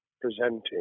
presenting